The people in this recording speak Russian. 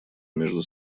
между